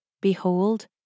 Behold